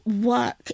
work